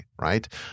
right